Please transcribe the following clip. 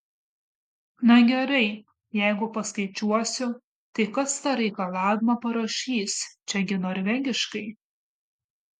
na gerai jeigu paskaičiuosiu tai kas tą reikalavimą parašys čia gi norvegiškai